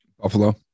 Buffalo